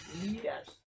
Yes